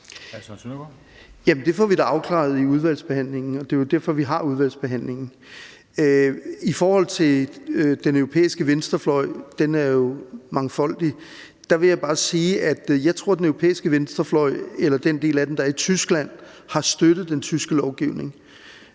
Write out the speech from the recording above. det får vi da afklaret i udvalgsbehandlingen, og det er jo derfor, vi har udvalgsbehandlingen. I forhold til den europæiske venstrefløj – den er jo mangfoldig – vil jeg bare sige, at jeg tror, at den del af den, der er i Tyskland, har støttet den tyske lovgivning.